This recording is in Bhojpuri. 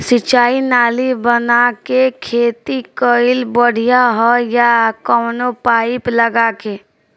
सिंचाई नाली बना के खेती कईल बढ़िया ह या कवनो पाइप लगा के?